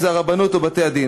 אם הרבנות או בתי-הדין?